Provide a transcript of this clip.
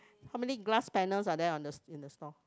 how many glass panels are there on the in the store